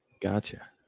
gotcha